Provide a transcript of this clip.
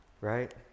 Right